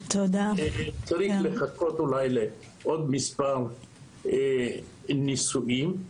צריך לחכות לעוד מספר ניסויים.